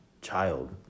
child